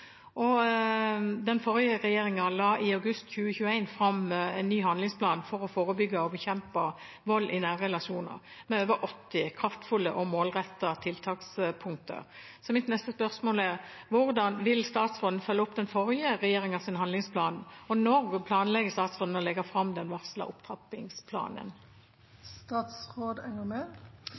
Den forrige regjeringen la i august 2021 fram en ny handlingsplan for å forebygge og bekjempe vold i nære relasjoner, med over 80 kraftfulle og målrettede tiltakspunkter. Så mitt neste spørsmål er: Hvordan vil statsråden følge opp den forrige regjeringens handlingsplan, og når planlegger statsråden å legge fram den